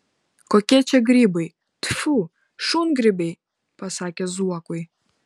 kokie čia grybai tfu šungrybiai pasakė zuokui